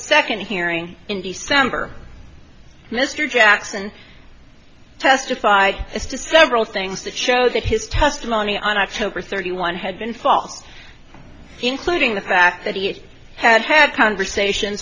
second hearing in december mr jackson testify as to several things that show that his testimony on october thirty one had been false including the fact that he had had conversation